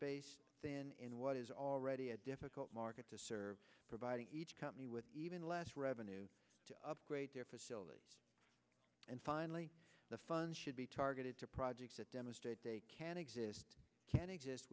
base then in what is already a difficult market to serve providing each company with even less revenue to upgrade their facilities and finally the fun should be targeted to projects that demonstrate they can exist can exist